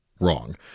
wrong